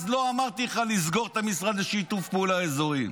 אז לא אמרתי לך לסגור את המשרד לשיתוף פעולה אזורי.